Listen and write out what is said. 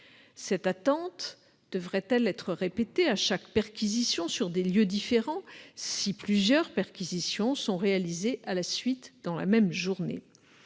Cette attente devrait-elle se répéter à chaque perquisition sur des lieux différents, si plusieurs perquisitions sont réalisées à la suite, dans la même journée,